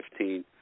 2015